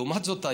לעומת זאת,